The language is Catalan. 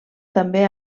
també